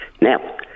Now